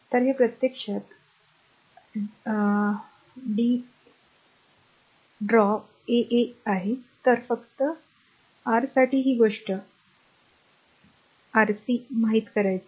तर हे प्रत्यक्षात dRawn a a a a आहे तर फक्त r साठी ही गोष्ट फक्त दाबून ठेवा हे Rc माहित आहे